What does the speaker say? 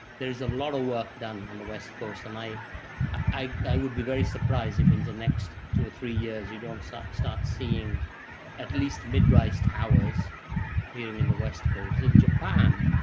there is a lot of work done on the west coast, and i i would be very surprised if in the next two or three years you don't start start seeing at least mid-rise towers appearing in the west coast. in japan,